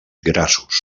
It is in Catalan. grassos